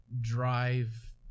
drive